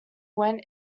went